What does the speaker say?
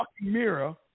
mirror